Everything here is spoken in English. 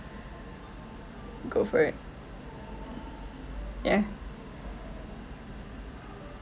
go for it yeah